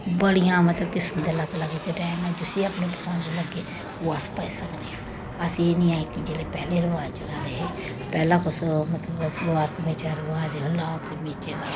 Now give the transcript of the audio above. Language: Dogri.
बड़ियां मतलब किस्म दे लग्ग लग्ग डजैन न जिसी अपनी पसंद लग्गे ओह् अस पाई सकने आं अस एह् निं ऐ कि जेह्ड़े पैह्ले रवाज चला दे हे पैह्ला किश मतलब सलवार कमीचा दा रवाज हा लाल कमीचे दा